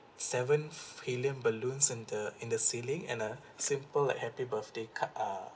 seventh helium balloon in the in the ceiling and a simple happy birthday card uh